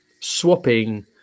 swapping